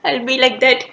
I be like that